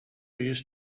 used